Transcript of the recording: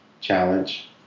challenge